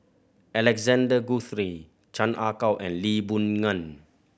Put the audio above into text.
Alexander Guthrie Chan Ah Kow and Lee Boon Ngan